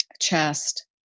chest